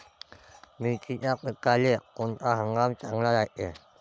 मिर्चीच्या पिकाले कोनता हंगाम चांगला रायते?